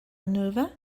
maneuver